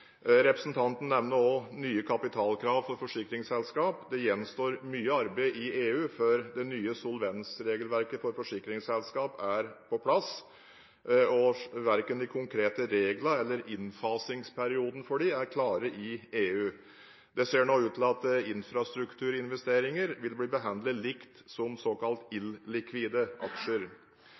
Representanten nevner også nye kapitalkrav for forsikringsselskap. Det gjenstår mye arbeid i EU før det nye solvensregelverket for forsikringsselskap er på plass. Verken de konkrete reglene eller innfasingsperioden for dem er klare i EU. Det ser nå ut til at infrastrukturinvesteringer vil bli behandlet likt som såkalte illikvide aksjer.